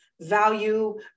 value